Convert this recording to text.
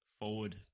forward